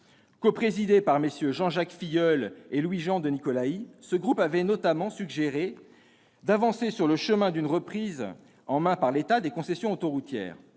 Coprésidé par MM. Jean-Jacques Filleul et Louis-Jean de Nicolaÿ, ce groupe avait notamment suggéré d'« avancer sur le chemin d'une reprise en main par l'État des concessions autoroutières